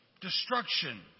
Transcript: destruction